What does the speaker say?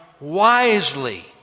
wisely